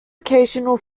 occasional